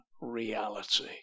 reality